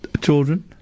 children